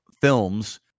films